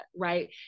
right